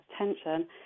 attention